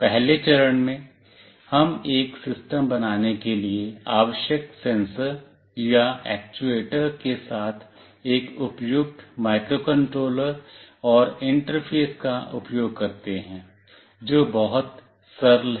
पहले चरण में हम एक सिस्टम बनाने के लिए आवश्यक सेंसर या एक्चुएटर के साथ एक उपयुक्त माइक्रोकंट्रोलर और इंटरफ़ेस का उपयोग करते हैं जो बहुत सरल है